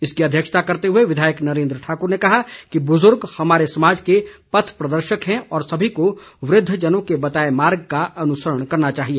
इसकी अध्यक्षता करते हुए विधायक नरेन्द्र ठाकुर ने कहा कि बुजुर्ग हमारे समाज के पथ प्रदर्शक हैं और सभी को वृद्धजनों के बताए मार्ग का अनुसरण करना चाहिए